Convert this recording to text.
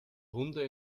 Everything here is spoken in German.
hunde